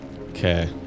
Okay